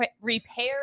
repair